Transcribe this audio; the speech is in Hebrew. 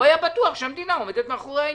הוא היה בטוח שהמדינה עומדת מאחורי העניין.